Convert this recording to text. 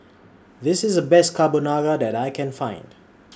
This IS The Best Carbonara that I Can Find